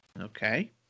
Okay